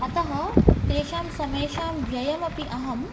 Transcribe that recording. अतः तेषां समेषां व्ययमपि अहम्